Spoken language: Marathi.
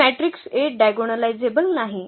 हे मॅट्रिक्स A डायगोनलायझेबल नाही